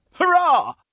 Hurrah